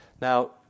Now